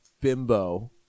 bimbo